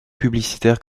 publicitaires